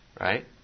right